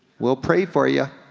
we'll pray for ya.